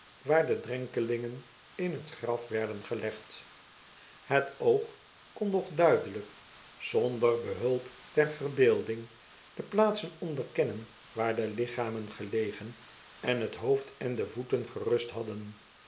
waar de drenkelingen in t graf werden gelegd het oog kon nog duidelijk zonder behulp der verbeelding de plaatsen onderkennen waar de lichamen gelegen en t hoofd en de voeten gerust hadden